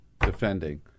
defending